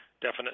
definite